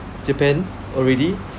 japan already